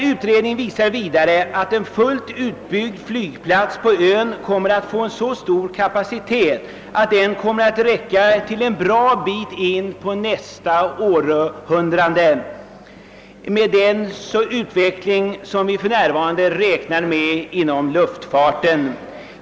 Utredningen visar vidare att en fullständigt utbyggd flygplats på ön kommer att få så stor kapacitet, att den räcker till även en bra bit in på nästa århundrade med den utveckling som vi för närvarande räknar med inom luftfarten.